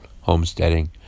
Homesteading